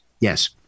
Yes